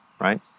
right